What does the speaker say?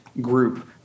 group